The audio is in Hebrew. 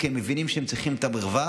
כי הם מבינים שהם צריכים את המרווח,